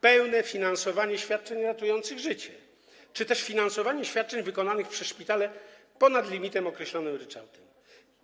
pełne finansowanie świadczeń ratujących życie czy też finansowanie świadczeń wykonanych przez szpitale powyżej limitu określonego ryczałtem.